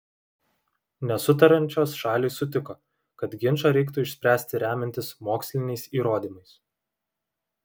nesutariančios šalys sutiko kad ginčą reiktų išspręsti remiantis moksliniais įrodymais